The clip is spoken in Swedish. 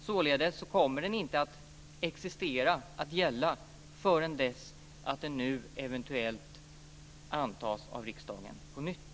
Således kommer den inte att existera eller gälla förrän den nu eventuellt antas av riksdagen på nytt.